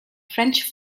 french